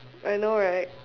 I know right